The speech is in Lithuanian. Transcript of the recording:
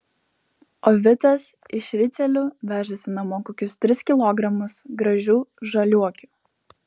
o vitas iš ricielių vežasi namo kokius tris kilogramus gražių žaliuokių